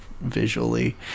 visually